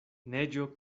neĝo